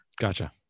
gotcha